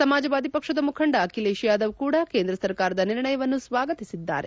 ಸಮಾಜವಾದಿ ಪಕ್ಷದ ಮುಖಂಡ ಅಖಿಲೇಖ್ ಯಾದವ್ ಕೂಡ ಕೇಂದ್ರ ಸರಕಾರದ ನಿರ್ಣಯನ್ನು ಸ್ವಾಗತಿಸಿದ್ದಾರೆ